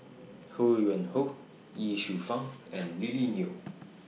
Ho Yuen Hoe Ye Shufang and Lily Neo